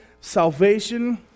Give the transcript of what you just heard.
salvation